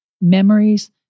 Memories